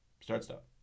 start-stop